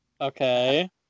okay